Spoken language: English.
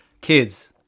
Kids